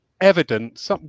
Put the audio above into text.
evidence